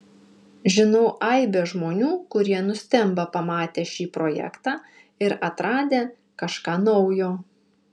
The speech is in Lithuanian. žinau aibę žmonių kurie nustemba pamatę šį projektą ir atradę kažką naujo